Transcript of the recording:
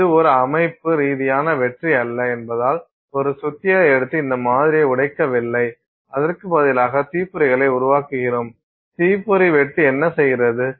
இது ஒரு அமைப்பு ரீதியான வெற்றி அல்ல என்பதால் ஒரு சுத்தியலை எடுத்து இந்த மாதிரியை உடைக்கவில்லை அதற்கு பதிலாக தீப்பொறிகளை உருவாக்குகிரோம் தீப்பொறி வெட்டு என்ன செய்கிறது